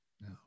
No